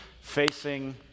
facing